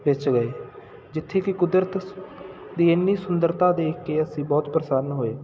ਵਿੱਚ ਗਏ ਜਿੱਥੇ ਕਿ ਕੁਦਰਤ ਸ ਦੀ ਇੰਨੀ ਸੁੰਦਰਤਾ ਦੇਖ ਕੇ ਅਸੀਂ ਬਹੁਤ ਪ੍ਰਸੰਨ ਹੋਏ